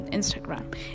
Instagram